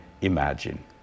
imagine